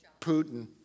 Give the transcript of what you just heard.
Putin